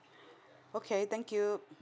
okay thank you